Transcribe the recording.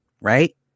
right